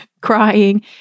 crying